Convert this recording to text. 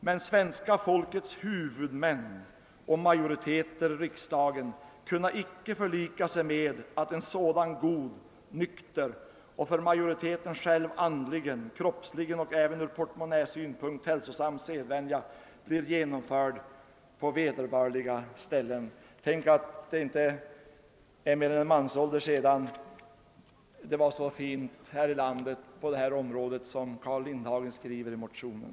Men svenska folkets huvudmän och majoriteter i riksdagen kunna icke förlika sig med att en sådan god, nykter och för majoriteten själv andligen, kroppsligen och även ur portmonnäsynpunkt hälsosam sedvänja blir genomförd på vederbörliga ställen.» Tänk att det inte är mer än en mansålder sedan det var så bra i detta land som Carl Lindhagen skrev i sin motion.